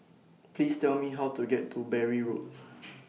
Please Tell Me How to get to Bury Road